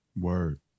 Word